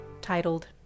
titled